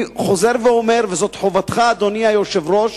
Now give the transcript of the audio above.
אני חוזר ואומר, וזאת חובתך, אדוני היושב-ראש,